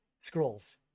Scrolls